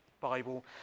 Bible